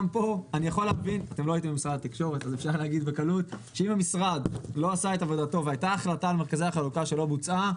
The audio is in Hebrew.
אם הייתה החלטה על מרכזי החלוקה שלא בוצעה,